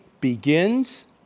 begins